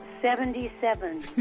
Seventy-seven